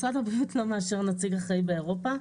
משרד הבריאות לא מאשר נציג אחראי באירופה,